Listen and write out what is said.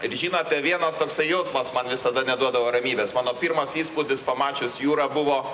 ir žinote vienas toks jausmas man visada neduodavo ramybės mano pirmas įspūdis pamačius jūrą buvo